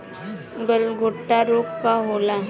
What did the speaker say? गलघोटू रोग का होला?